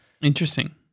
interesting